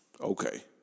okay